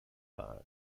war